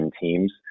teams